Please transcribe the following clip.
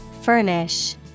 furnish